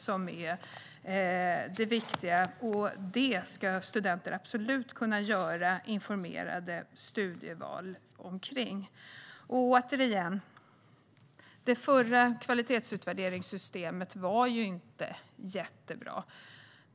Studenterna ska utifrån detta absolut kunna göra informerade studieval. Det förra kvalitetsutvärderingssystemet var inte jättebra.